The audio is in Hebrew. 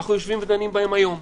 אנחנו יושבים ודנים בהן היום,